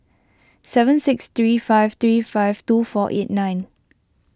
seven six three five three five two four eight nine